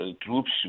troops